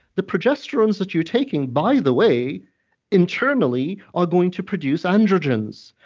the progesterones that you're taking, by the way internally are going to produce androgens.